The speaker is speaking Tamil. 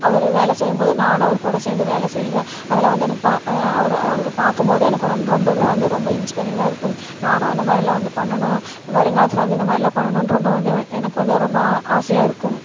அவர் வேலை செய்யும் போது நானும் அவர் கூட சேர்ந்து வேலை செய்வேன் அதெலாம் வந்து எனக்கு பா அவர் அவர் பார்க்கும்போது எனக்கு ரொம் ரொம்பவுமே வந்து ரொம்ப இன்ஸ்பியரிங்காக இருக்கும் நானும் அந்தமாதிரிலாம் வந்து பண்ணனும் வருங்காலத்தில் வந்து இந்தமாதிரிலாம் பண்ணனும்னு ரொம்ப வந்து எனக்கு வந்து ரொம்ப ஆசையாக இருக்கும்